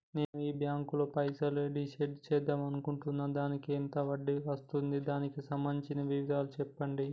నేను ఈ బ్యాంకులో పైసలు డిసైడ్ చేద్దాం అనుకుంటున్నాను దానికి ఎంత వడ్డీ వస్తుంది దానికి సంబంధించిన వివరాలు చెప్పండి?